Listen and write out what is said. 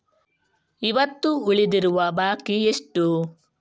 ಇವತ್ತು ಉಳಿದಿರುವ ಬಾಕಿ ಎಷ್ಟು?